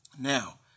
Now